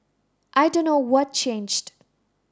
I don't know what changed